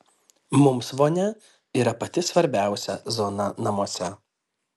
mums vonia yra pati svarbiausia zona namuose